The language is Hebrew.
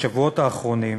בשבועות האחרונים,